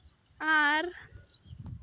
ᱟᱨ